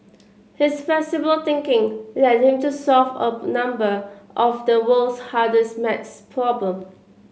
his flexible thinking led him to solve a number of the world's hardest math problem